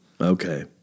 Okay